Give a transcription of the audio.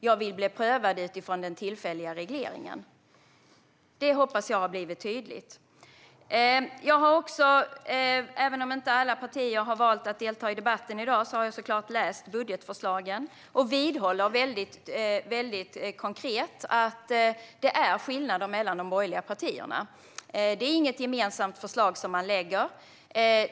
Jag vill bli prövad utifrån den tillfälliga regleringen." Detta hoppas jag har blivit tydligt. Även om inte alla partier har valt att delta i debatten har jag såklart läst budgetförslagen och vidhåller att det finns konkreta skillnader mellan de borgerliga partierna. Det är inget gemensamt förslag man lägger.